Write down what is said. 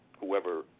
whoever